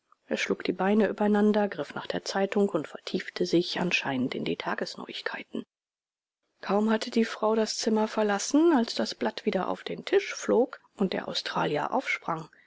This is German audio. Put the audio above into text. er schlug die beine übereinander griff nach der zeitung und vertiefte sich anscheinend in die tagesneuigkeiten kaum hatte die frau das zimmer verlassen als das blatt wieder auf den tisch flog und der australier aufsprang